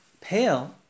pale